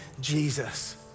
Jesus